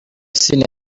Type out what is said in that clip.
sina